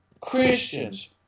Christians